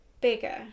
bigger